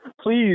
Please